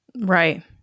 Right